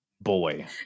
Boy